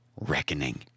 reckoning